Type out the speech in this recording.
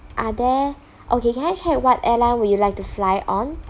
are there okay can I check what airline would you like to fly on